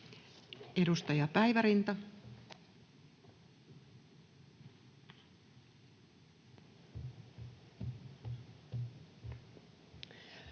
Edustaja Päivärinta.